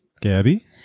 Gabby